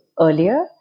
earlier